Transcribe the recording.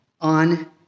on